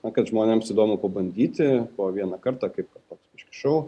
o kad žmonėms įdomu pabandyti po vieną kartą kaip koks šio